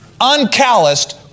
uncalloused